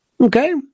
Okay